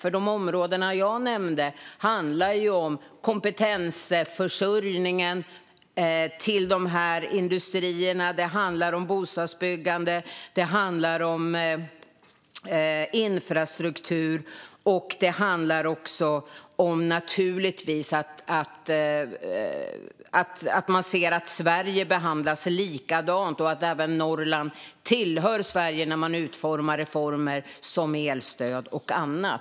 I områdena jag nämnde handlar det om kompetensförsörjning till industrierna, bostadsbyggande och infrastruktur. Det handlar naturligtvis också om att se till att hela Sverige behandlas likadant, så att även Norrland tillhör Sverige när man utformar reformer som elstöd och annat.